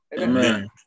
Amen